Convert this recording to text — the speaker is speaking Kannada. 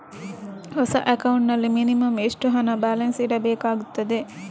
ಹೊಸ ಅಕೌಂಟ್ ನಲ್ಲಿ ಮಿನಿಮಂ ಎಷ್ಟು ಹಣ ಬ್ಯಾಲೆನ್ಸ್ ಇಡಬೇಕಾಗುತ್ತದೆ?